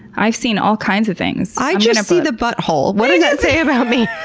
i've seen all kinds of things. i just see the butthole. what does that say about me?